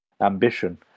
Ambition